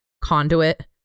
conduit